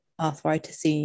arthritis